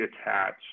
attached